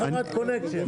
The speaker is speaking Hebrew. שדות תעופה עושים.